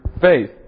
faith